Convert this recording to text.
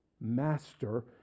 Master